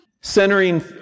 centering